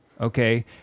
Okay